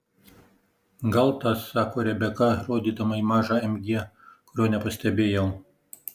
gal tas sako rebeka rodydama į mažą mg kurio nepastebėjau